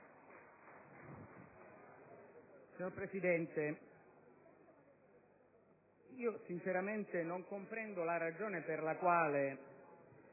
Signor Presidente, sinceramente non comprendo la ragione per la quale